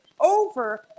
over